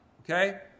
Okay